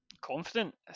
Confident